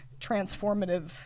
transformative